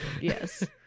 Yes